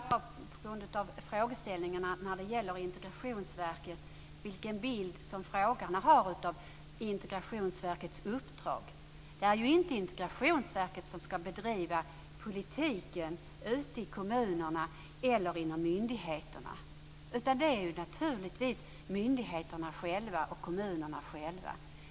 Fru talman! Jag undrar ibland med anledning av frågeställningarna kring Integrationsverket vilken bild frågeställarna har av verkets uppdrag. Det är ju inte Integrationsverket som ska bedriva politiken ute i kommunerna eller vid myndigheterna, utan det är naturligtvis myndigheterna och kommunerna själva som ska göra det.